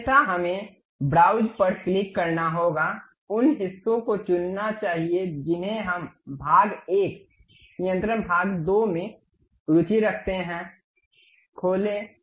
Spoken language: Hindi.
अन्यथा हमें ब्राउज़ पर क्लिक करना होगा उन हिस्सों को चुनना चाहिए जिन्हें हम भाग 1 नियंत्रण भाग 2 में रुचि रखते हैं खोलें